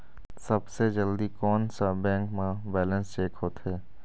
सबसे जल्दी कोन सा बैंक म बैलेंस चेक होथे?